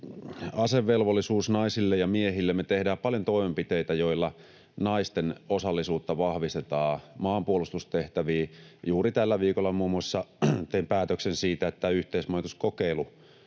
Asevelvollisuus naisille ja miehille: Me tehdään paljon toimenpiteitä, joilla naisten osallisuutta maanpuolustustehtäviin vahvistetaan. Juuri tällä viikolla muun muassa tein päätöksen siitä, että yhteismajoituskokeilua